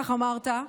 כך אמרת,